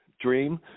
Dream